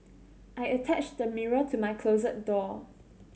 I attached the mirror to my closet door